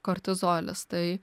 kortizolis tai